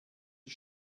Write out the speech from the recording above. die